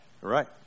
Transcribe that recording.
Right